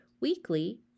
Weekly